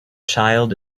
child